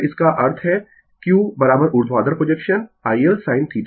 इसका अर्थ है q ऊर्ध्वाधर प्रोजेक्शन IL sine थीटा